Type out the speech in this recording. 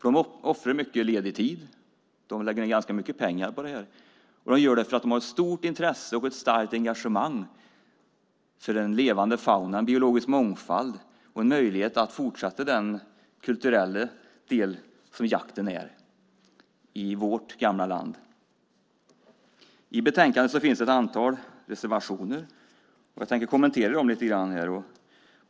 De offrar mycket fritid och lägger ned ganska mycket pengar på detta för att de har ett stort intresse för en levande fauna och biologisk mångfald och för att få möjligheten att fortsätta den kulturella del som jakten är i vårt gamla land. I betänkandet finns ett antal reservationer. Jag tänker kommentera dem lite grann.